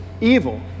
evil